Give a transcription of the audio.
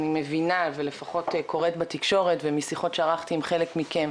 אני מבינה ולפחות קוראת בתקשורת ומשיחות שערכתי עם חלק מכם,